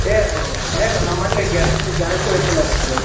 ಏ ಹೇ ನಮ್ಮಲ್ಲಿ guarantee guarantee vehicle ಇದಾವೆ ತೊರಿ